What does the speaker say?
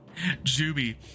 Juby